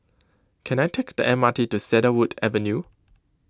can I take the M R T to Cedarwood Avenue